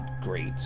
great